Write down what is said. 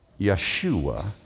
Yeshua